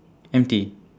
empty